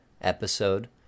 episode